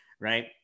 Right